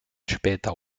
später